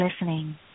listening